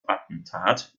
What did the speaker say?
attentat